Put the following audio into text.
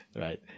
Right